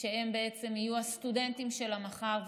שהם יהיו הסטודנטים של המחר,